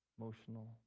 emotional